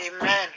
Amen